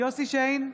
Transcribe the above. יוסף שיין,